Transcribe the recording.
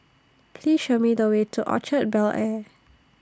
Please Show Me The Way to Orchard Bel Air